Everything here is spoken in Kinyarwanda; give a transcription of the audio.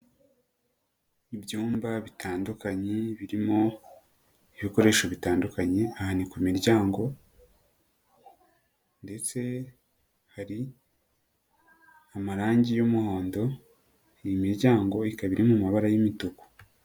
Ibyumba bitandukanye birimo ibikoresho bitandukanye, aha ni ku miryango ndetse hari amarangi y'umuhondo, iyi miryango ikaba iri mu mabara y'imituku.